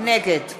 נגד